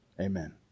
Amen